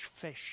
fish